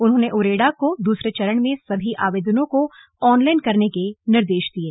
उन्होंने उरेडा को दूसरे चरण में सभी आवेदनों को ऑनलाईन करने के निर्देश दिये